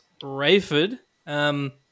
Rayford